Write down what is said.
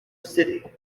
city